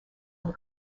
and